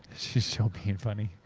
she's so being funny.